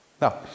Now